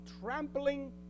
trampling